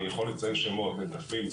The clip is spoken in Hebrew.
נטפים,